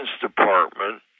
department